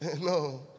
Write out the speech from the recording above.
no